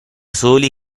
soli